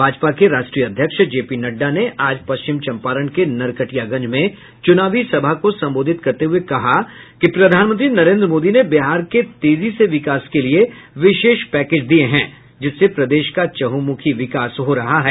भाजपा के राष्ट्रीय अध्यक्ष जेपी नड़डा ने आज पश्चिम चंपारण के नरकटियागंज में चुनावी सभा को संबोधित करते हुए कहा कि प्रधानमंत्री नरेन्द्र मोदी ने बिहार के तेजी से विकास के लिये विशेष पैकेज दी है जिससे प्रदेश का चहुंमुखी विकास हो रहा है